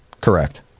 Correct